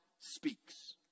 speaks